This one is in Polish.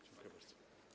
Dziękuję bardzo.